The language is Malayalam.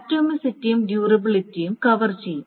ആറ്റോമികതയും ഡ്യൂറബിലിറ്റിയും കവർ ചെയ്യും